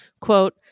Quote